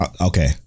okay